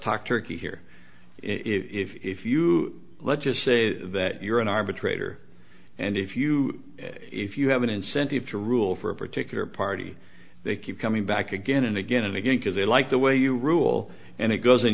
talk turkey here if you let's just say that you're an arbitrator and if you if you have an incentive to rule for a particular party they keep coming back again and again and again because they like the way you rule and it goes in